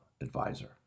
advisor